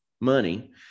money